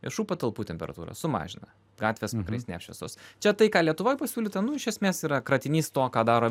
viešų patalpų temperatūrą sumažina gatvės vakarais neapšviestos čia tai ką lietuvoj pasiūlyta nu iš esmės yra kratinys to ką daro